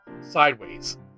sideways